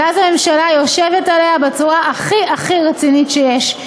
ואז הממשלה יושבת עליה בצורה הכי הכי רצינית שיש,